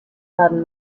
werden